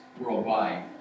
worldwide